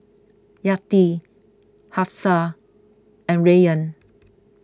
Yati Hafsa and Rayyan